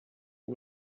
all